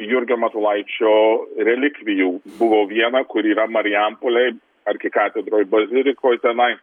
jurgio matulaičio relikvijų buvo viena kuri yra marijampolėj arkikatedroj bazilikoj tenai